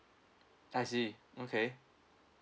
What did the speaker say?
I see okay